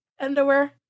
underwear